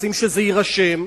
רוצים שזה יירשם.